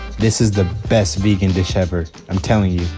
this is the best vegan dish ever, i'm telling you.